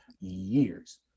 years